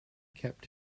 kept